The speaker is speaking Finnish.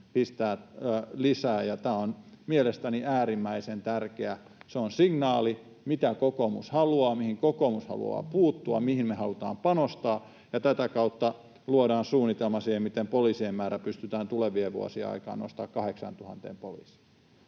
lisää, ja tämä on mielestäni äärimmäisen tärkeää. Se on signaali siitä, mitä kokoomus haluaa, mihin kokoomus haluaa puuttua, mihin me halutaan panostaa, ja tätä kautta luodaan suunnitelma siihen, miten poliisien määrä pystytään tulevien vuosien aikana nostamaan 8 000 poliisiin.